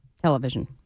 television